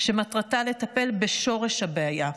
שמטרתה לטפל בשורש הבעיה: